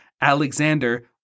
Alexander